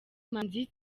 manzi